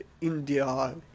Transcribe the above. India